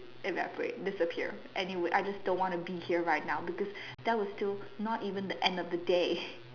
evaporate disappear anywhere I just don't want to be here right now because that was still not even the end of the day